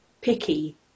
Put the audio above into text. picky